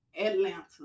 atlanta